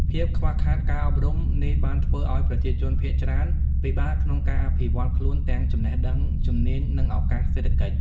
ភាពខ្វះខាតការអប់រំនេះបានធ្វើឱ្យប្រជាជនភាគច្រើនពិបាកក្នុងការអភិវឌ្ឍន៍ខ្លួនទាំងចំណេះដឹង ជំនាញ និងឱកាសសេដ្ឋកិច្ច។